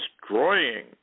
destroying